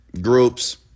groups